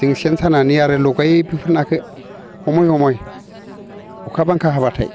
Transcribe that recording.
जों सेन सानानै आरो लगायो बेफोर नाखो हमै हमै अखा बांखा हाब्लाथाय